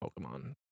Pokemon